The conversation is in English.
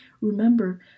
remember